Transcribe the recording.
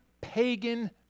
pagan